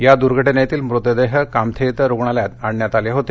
या दुर्घटनेतील मृतदेह कामथे रुग्णालयात आणण्यात आले होते